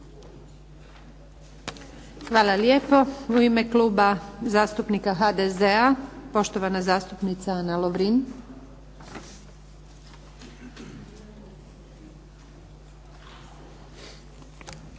Hvala lijepo. U ime Kluba zastupnika HDZ-a, poštovana zastupnica Ana Lovrin.